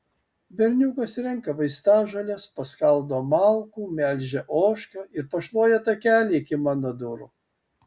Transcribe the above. berniukas renka vaistažoles paskaldo malkų melžia ožką ir pašluoja takelį iki mano durų